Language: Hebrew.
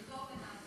נכתוב ונעביר.